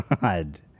god